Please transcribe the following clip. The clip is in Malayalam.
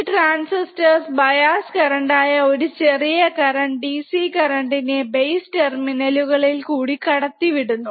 ഈ ട്രാൻസിസ്റ്റർസ് ബയാസ് കറന്റ് ആയ ഒരു ചെറിയ DC കറന്റ് നെ ബെയിസ് ടെർമിനേളിൽ കൂടി കടത്തിവിടുന്നു